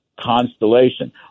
constellation